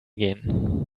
gehen